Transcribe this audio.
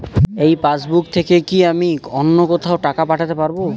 এই পাসবুক থেকে কি আমি অন্য কোথাও টাকা পাঠাতে পারব?